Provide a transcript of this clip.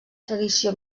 tradició